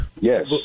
Yes